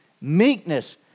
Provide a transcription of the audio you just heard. Meekness